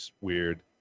weird